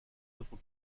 œuvres